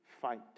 fight